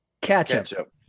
ketchup